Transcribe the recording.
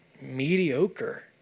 mediocre